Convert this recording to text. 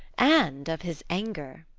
and of his anger.